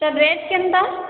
ତା ରେଟ୍ କେନ୍ତା